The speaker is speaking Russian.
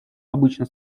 обычно